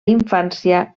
infància